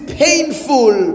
painful